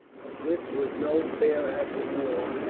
and this was no fair act of war,